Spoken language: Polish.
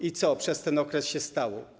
I co przez ten okres się stało?